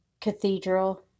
cathedral